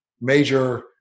major